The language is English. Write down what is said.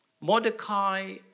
Mordecai